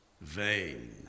vain